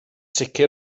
sicr